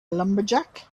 lumberjack